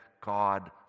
God